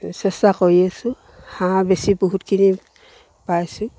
চেষ্টা কৰি আছো হাঁহ বেছি বহুতখিনি পাইছোঁ